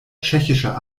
tschechischer